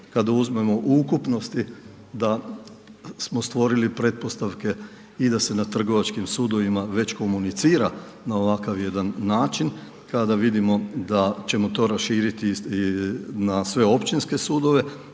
Kada uzmemo u ukupnosti da smo stvorili pretpostavke i da se na trgovačkim sudovima već komunicira na ovakav jedan način, kada vidimo da ćemo to raširiti na sve općinske sudove